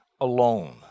alone